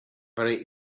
very